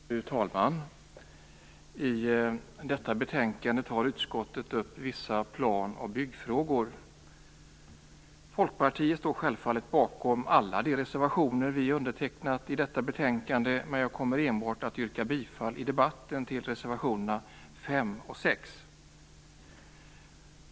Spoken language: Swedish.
Fru talman! I detta betänkande tar utskottet upp vissa plan och byggfrågor. Vi i folkpartiet står självfallet bakom alla de reservationer som vi undertecknat i detta betänkande. Men jag kommer enbart att yrka bifall till reservationerna 5 och 6.